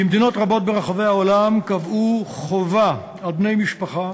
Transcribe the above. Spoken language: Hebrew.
במדינות רבות ברחבי העולם קבעו חובה על בני משפחה,